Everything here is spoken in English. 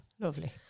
Lovely